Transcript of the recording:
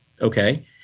Okay